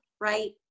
right